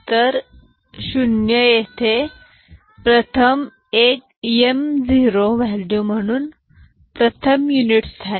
तर 0 येथे प्रथम m0 व्हॅल्यू म्हणून प्रथम युनिट स्थानी